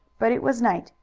but it was night,